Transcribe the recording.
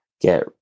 get